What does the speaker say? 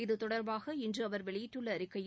இதுதொடர்பாக இன்று அவர் வெளியிட்டுள்ள அறிக்கையில்